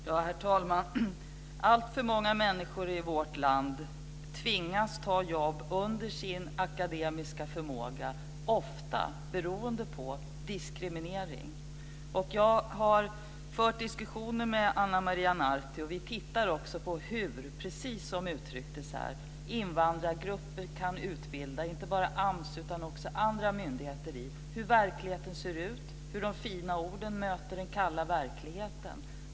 Herr talman! Alltför många människor i vårt land tvingas ta jobb under sin akademiska förmåga, ofta beroende på diskriminering. Jag har fört diskussioner med Ana Maria Narti om detta, och vi tittar också på hur - precis som det uttrycktes här - invandrargrupper kan utbilda inte bara AMS utan också andra myndigheter om hur verkligheten ser ut och om hur de fina orden möter den kalla verkligheten.